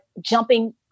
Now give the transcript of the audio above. jumping